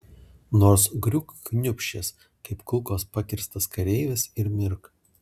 nors griūk kniūbsčias kaip kulkos pakirstas kareivis ir mirk